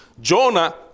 Jonah